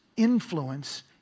influence